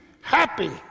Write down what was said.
happy